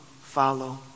follow